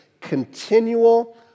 continual